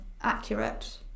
accurate